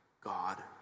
God